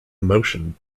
motion